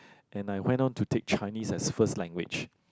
and I went on to take Chinese as first language